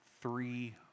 three